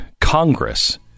Congress